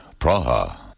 Praha